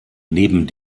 neben